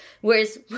whereas